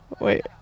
Wait